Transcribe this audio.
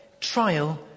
trial